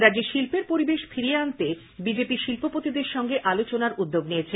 রাজ্যে শিল্পের পরিবেশ ফিরিয়ে আনতে বিজেপি শিল্পপতিদের সঙ্গে আলোচনার উদ্যোগ নিয়েছে